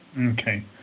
Okay